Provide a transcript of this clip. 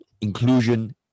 Inclusion